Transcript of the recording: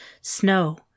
snow